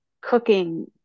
cooking